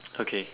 okay